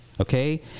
Okay